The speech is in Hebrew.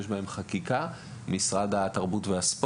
האדם הסביר לא יוכל לראות מה הקריטריונים